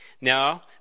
Now